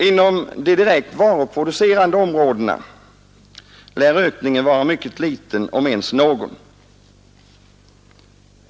Inom de direkt varuproducerande områdena lär ökningen emellertid vara mycket liten, om ens någon.